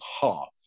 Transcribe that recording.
half